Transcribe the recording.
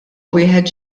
wieħed